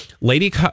Lady